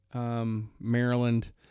Maryland